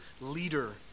leader